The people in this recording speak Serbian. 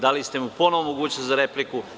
Dali ste mu ponovo mogućnost za repliku.